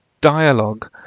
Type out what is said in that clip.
dialogue